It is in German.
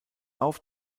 auf